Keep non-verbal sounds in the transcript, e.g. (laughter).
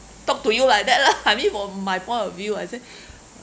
talk to you like that lah (laughs) I mean for my point of view I say (breath)